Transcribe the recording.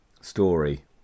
story